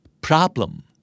problem